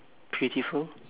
prettiful